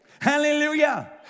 Hallelujah